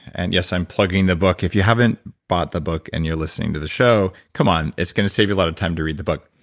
and yes, i'm plugging the book. if you haven't bought the book and you're listening to the show, come on. it's going to save you a lot of time to read the book.